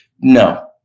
no